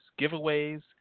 giveaways